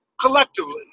collectively